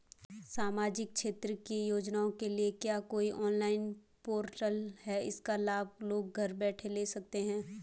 सामाजिक क्षेत्र की योजनाओं के लिए क्या कोई ऑनलाइन पोर्टल है इसका लाभ लोग घर बैठे ले सकते हैं?